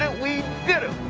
ah we did it!